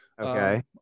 Okay